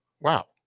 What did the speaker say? wow